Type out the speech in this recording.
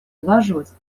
улаживать